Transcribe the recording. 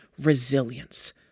resilience